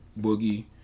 Boogie